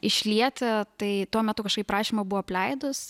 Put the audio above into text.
išlieti tai tuo metu kažkaip rašymą buvau apleidus